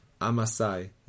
Amasai